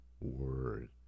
word